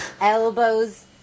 Elbows